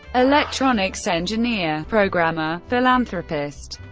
electronics engineer, programmer, philanthropist,